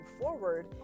forward